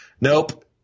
nope